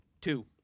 Two